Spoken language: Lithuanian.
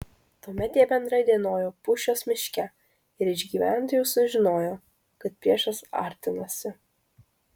tuomet jie bendrai dienojo pūščios miške ir iš gyventojų sužinojo kad priešas artinasi